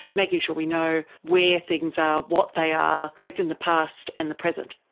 making sure we know where things are, what they are, both in the past and the present.